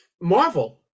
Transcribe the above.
Marvel